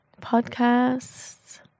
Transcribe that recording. podcasts